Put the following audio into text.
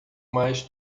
mais